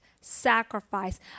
sacrifice